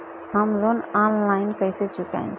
हम loan online कइसे चुकाई?